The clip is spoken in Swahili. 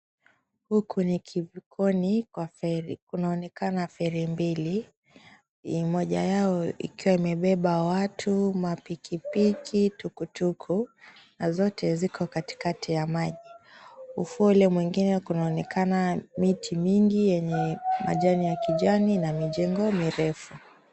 Huku ni kuvukoni kwa feri. Kunaonekana feri mbili moja yao ikiwa imebeba watu, mapikipiki, tukutuku na zote zipo katikati ya maji. Ufuo ule mwengine kunaonekana miti mingi yenye majani ya kijani na mijiengo mirefu.